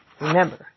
remember